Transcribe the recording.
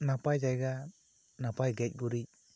ᱱᱟᱯᱟᱭ ᱡᱟᱭᱜᱟ ᱱᱟᱯᱟᱭ ᱜᱮᱡ ᱜᱩᱨᱤᱡ